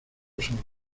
solos